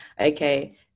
okay